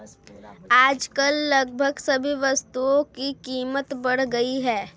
आजकल लगभग सभी वस्तुओं की कीमत बढ़ गई है